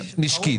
משקית.